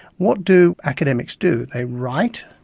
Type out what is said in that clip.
what do academics do? they write.